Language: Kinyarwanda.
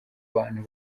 bantu